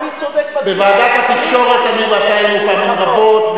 בוועדת התקשורת היינו אני ואתה פעמים רבות,